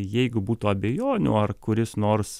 jeigu būtų abejonių ar kuris nors